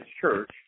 church